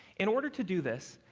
in order to do this,